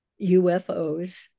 UFOs